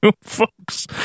folks